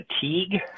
fatigue